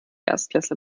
erstklässler